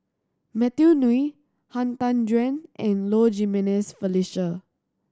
Matthew Ngui Han Tan Juan and Low Jimenez Felicia